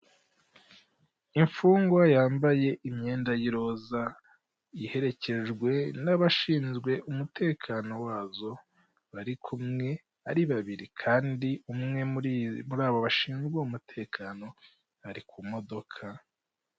Imfungwa yambaye imyenda y'iroza iherekejwe n'abashinzwe umutekano wazo bari kumwe ari babiri kandi umwe muri abo bashinzwe uwo mutekano ari ku modoka.